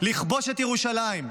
לכבוש את ירושלים.